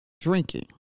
drinking